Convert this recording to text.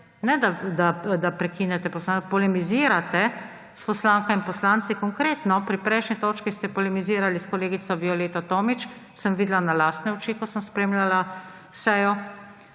polemizirate s poslankami in poslanci. Konkretno, pri prejšnji točki ste polemizirali s kolegico Violeto Tomić, sem videla na lastne oči, ko sem spremljala sejo,